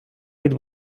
від